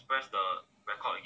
just press the record again